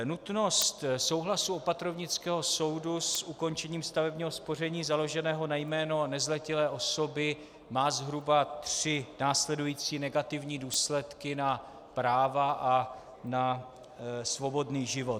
Nutnost souhlasu opatrovnického soudu s ukončením stavebního spoření založeného na jméno nezletilé osoby má zhruba tři následující negativní důsledky na práva a na svobodný život.